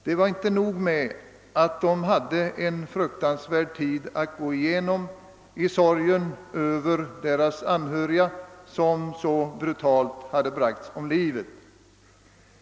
Det var inte nog med att de hade en fruktansvärd tid att gå igenom i sor gen över dem som så brutalt bragts om livet.